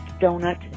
donut